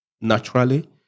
naturally